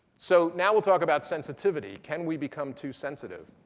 so now we'll talk about sensitivity. can we become too sensitive?